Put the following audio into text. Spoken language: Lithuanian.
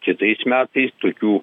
kitais metais tokių